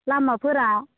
लामाफोरा